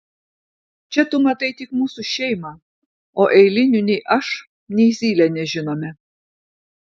čia tu matai tik mūsų šeimą o eilinių nei aš nei zylė nežinome